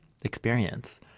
experience